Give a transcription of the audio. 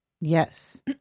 Yes